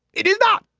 it is not.